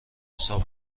صاحب